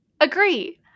agree